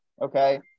okay